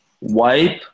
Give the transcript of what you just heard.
wipe